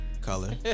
color